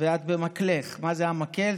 ואת במקלך, מה זה המקל?